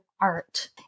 art